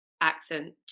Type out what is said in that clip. accent